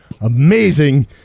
amazing